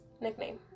nickname